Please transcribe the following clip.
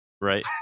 right